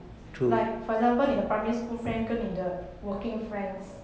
like for example 你的 primary school friends 跟你的 working friends